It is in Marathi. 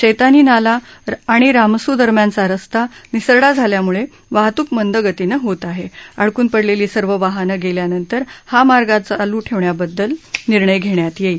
शैतानी नाला आणि रामसू दरम्यानचा रस्ता निसरडा झाल्याम्ळ वाहतूक मंद गतीनं होत आह अडकून पडलक्षी सर्व वाहनं गक्ष्यानंतर हा मार्ग चालू ठक्वण्याबाबतचा निर्णय घप्तयात यईल